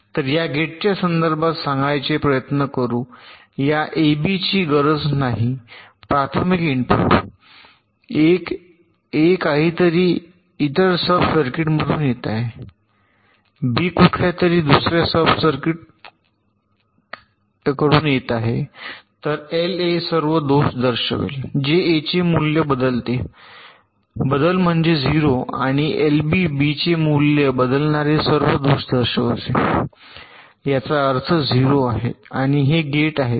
तर या गेटच्या संदर्भात सांगायचे प्रयत्न करू या एबीची गरज नाही प्राथमिक इनपुट ए काही इतर सब सर्किटमधून येत आहे बी कुठल्यातरी दुसर्या सबकडून सर्किट येत आहे तर एलए सर्व दोष दर्शवेल जे ए चे मूल्य बदलते बदल म्हणजे 0 आणि एलबी बी चे मूल्य बदलणारे सर्व दोष दर्शवते याचा अर्थ 0 आहे आणि हे गेट आहेत